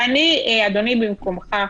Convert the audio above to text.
ואני, אדוני, במקומך,